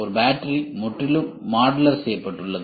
இந்த பேட்டரி முற்றிலும் மாடுலர் செய்யப்பட்டுள்ளது